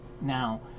now